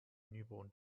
newborn